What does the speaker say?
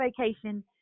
vacation